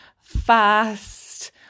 fast